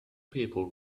people